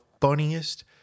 funniest